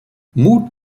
mood